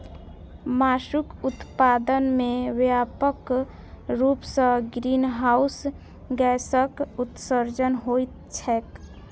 मासुक उत्पादन मे व्यापक रूप सं ग्रीनहाउस गैसक उत्सर्जन होइत छैक